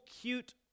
cute